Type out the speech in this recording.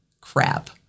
crap